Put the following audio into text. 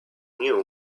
knew